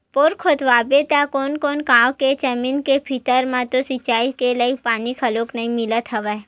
bore खोदवाबे त कोनो कोनो गाँव के जमीन के भीतरी म तो सिचई के लईक पानी घलोक नइ मिलत हवय